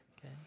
okay